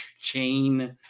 chain